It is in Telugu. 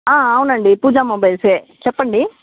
అవును అండి పూజ మొబైల్సే చెప్పండి